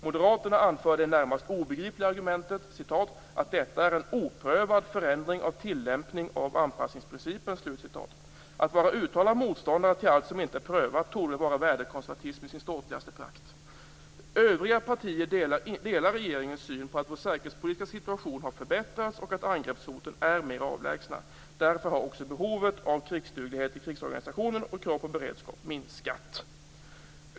Moderaterna anför det närmast obegripliga argumentet att "detta är en oprövad förändring av tilllämpningen av anpassningsprincipen". Att vara uttalad motståndare till allt som inte är prövat torde vara värdekonservatism i sin ståtligaste prakt. Övriga partier delar regeringens syn på att vår säkerhetspolitiska situation har förbättrats och att angreppshoten är mer avlägsna. Därför har också behovet av krigsduglighet i krigsorganisationen och kravet på beredskap minskat.